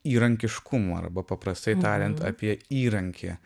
įrankiškumą arba paprastai tariant apie įrankį